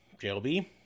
JLB